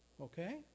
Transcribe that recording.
Okay